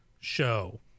show